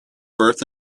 birth